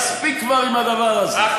מספיק כבר עם הדבר הזה,